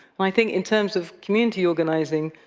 and i think in terms of community organizing,